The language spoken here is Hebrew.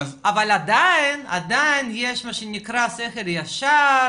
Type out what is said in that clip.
אבל עדיין יש מה שנקרא שכל ישר,